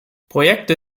projekte